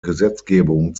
gesetzgebung